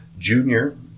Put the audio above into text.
junior